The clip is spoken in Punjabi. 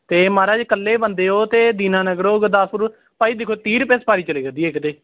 ਅਤੇ ਮਹਾਰਾਜ ਇਕੱਲੇ ਬੰਦੇ ਉਹ ਅਤੇ ਦੀਨਾਨਗਰ ਤੋਂ ਗੁਰਦਾਸਪੁਰ ਤੋਂ ਭਾਅ ਜੀ ਦੇਖੋ ਤੀਹ ਰੁਪਏ ਸਵਾਰੀ ਚਲੇ ਕਰਦੀ ਹੈ ਇੱਕ ਤਾਂ